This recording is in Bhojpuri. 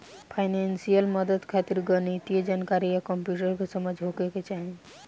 फाइनेंसियल मदद खातिर गणितीय जानकारी आ कंप्यूटर के समझ होखे के चाही